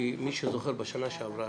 כי אם מישהו זוכר בשנה שעברה,